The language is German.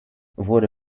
wurde